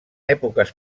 èpoques